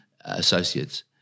associates